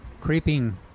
creeping